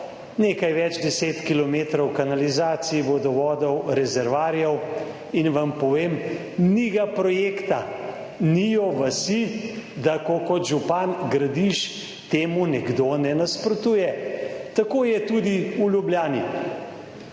nekaj več 10 kilometrov kanalizacij, vodovodov, rezervoarjev in vam povem, ni ga projekta, ni je vasi, da ko kot župan gradiš, temu nekdo ne nasprotuje. Tako je tudi v Ljubljani.